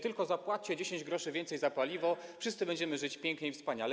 Tylko zapłaćcie 10 gr więcej za paliwo, a wszyscy będziemy żyć pięknie i wspaniale.